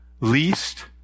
least